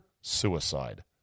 suicide